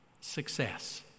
success